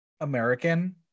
American